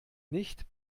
nicht